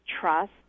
trust